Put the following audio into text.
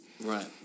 Right